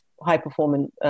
high-performing